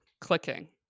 clicking